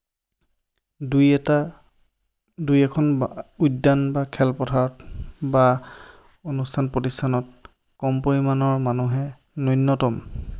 দুই এটা দুই এখন উদ্যান বা খেলপথাৰত বা অনুষ্ঠান প্ৰতিষ্ঠানত কম পৰিমাণৰ মানুহে ন্যূনতম